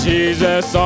Jesus